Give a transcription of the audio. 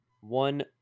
One